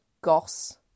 Goss